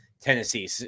Tennessee